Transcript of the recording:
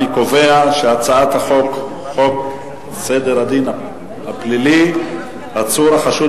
אני קובע שחוק סדר הדין הפלילי (עצור החשוד